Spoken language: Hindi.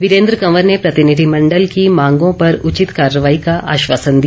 वीरेंद्र कवर ने प्रतिनिधिमंडल की मांगों पर उचित कार्रवाई का आश्वासन दिया